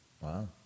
Wow